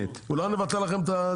אולי צריך לבטל את הפיקדון